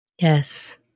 Yes